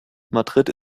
madrid